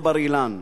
לא בר-אילן.